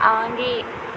आगे